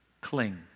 cling